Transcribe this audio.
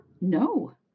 No